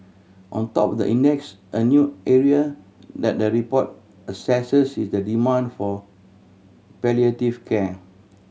on top the index a new area that the report assesses is the demand for palliative care